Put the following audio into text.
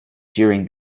during